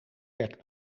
werd